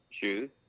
shoes